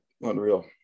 Unreal